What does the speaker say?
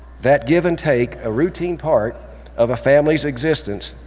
that give and take a routine part of a family's existence,